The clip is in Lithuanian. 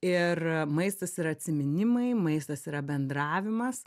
ir maistas yra atsiminimai maistas yra bendravimas